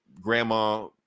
grandma